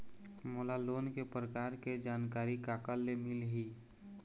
मोला लोन के प्रकार के जानकारी काकर ले मिल ही?